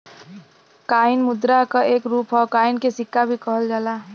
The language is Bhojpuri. कॉइन मुद्रा क एक रूप हौ कॉइन के सिक्का भी कहल जाला